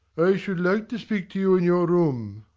i should like to speak to you in your room.